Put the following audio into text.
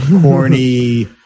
corny